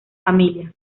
familia